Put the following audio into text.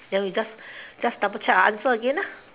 then we just just double check our answer again ah